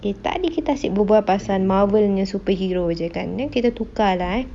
eh tak boleh kita asyik berbual pasal Marvel punya superhero jer kan then kita tukar lah eh